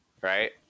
right